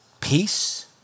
peace